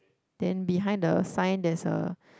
then behind the sign there's a